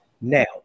Now